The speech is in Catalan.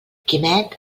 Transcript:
quimet